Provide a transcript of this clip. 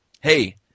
Hey